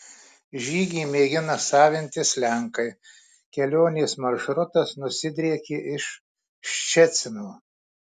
žygį mėgina savintis lenkai kelionės maršrutas nusidriekė iš ščecino